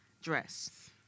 dress